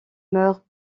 mœurs